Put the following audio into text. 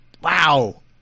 Wow